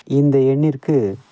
இந்த எண்ணிற்கு